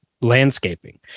landscaping